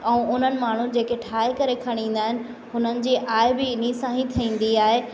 ऐं उन्हनि माण्हुन जेके ठाहे करे खणी ईंदा आहिनि हुननि जी आय बि हिन सां ई थींदी आहे